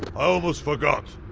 almost forgot